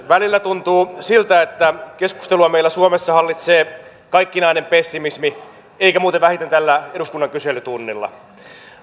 välillä tuntuu siltä että keskustelua meillä suomessa hallitsee kaikkinainen pessimismi eikä muuten vähiten tällä eduskunnan kyselytunnilla